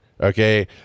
Okay